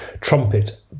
trumpet